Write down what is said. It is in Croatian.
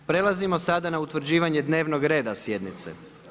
Prelazimo sada na utvrđivanje dnevnog reda sjednice.